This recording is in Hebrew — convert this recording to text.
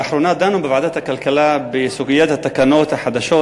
לאחרונה דנו בוועדת הכלכלה בסוגיית התקנות החדשות